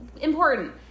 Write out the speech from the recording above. important